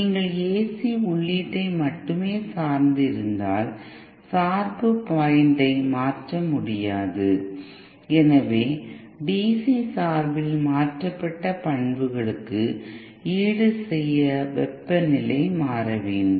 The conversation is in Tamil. நீங்கள் ஏசி உள்ளீட்டை மட்டுமே சார்ந்து இருந்தால் சார்பு பாயிண்டை மாற்ற முடியாது எனவே டிசி சார்பில் மாற்றப்பட்ட பண்புகளுக்கு ஈடுசெய்ய வெப்பநிலை மாற வேண்டும்